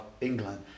England